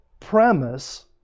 premise